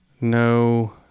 No